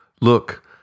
Look